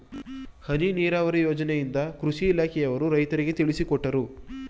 ಹನಿ ನೀರಾವರಿ ಯೋಜನೆಯಿಂದ ಕೃಷಿ ಇಲಾಖೆಯವರು ರೈತರಿಗೆ ತಿಳಿಸಿಕೊಟ್ಟರು